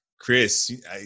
Chris